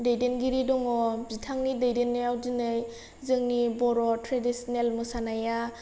दैदेनगिरि दङ बिथांनि दैदेननायाव दिनै जोंनि बर' ट्रेडिसिनेल मोसानाया